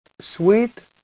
Sweet